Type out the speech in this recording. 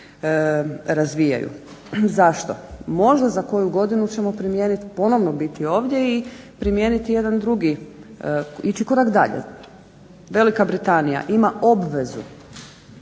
razvijaju. Zašto? Možda za koju godinu ćemo primijeniti i ponovno biti ovdje i primijeniti jedan drugi, ići korak dalje. Velika Britanija ima obvezu